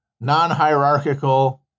non-hierarchical